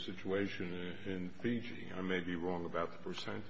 situation in fiji and i may be wrong about the first time